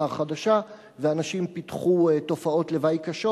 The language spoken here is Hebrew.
החדשה ואנשים פיתחו תופעות לוואי קשות.